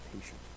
patient